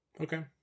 Okay